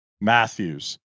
Matthews